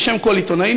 כשל כל עיתונאי,